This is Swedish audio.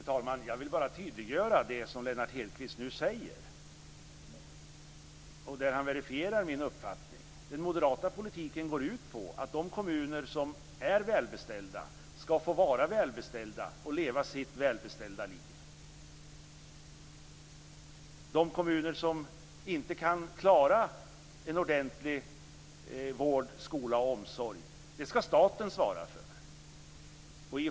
Fru talman! Jag vill bara tydliggöra det som Lennart Hedquist nu säger. Han verifierar min uppfattning. Den moderata politiken går ut på att de kommuner som är välbeställda skall få vara välbeställda och leva sitt välbeställda liv. I de kommuner där man inte kan klara en ordentlig vård, skola och omsorg skall staten svara för detta.